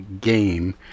Game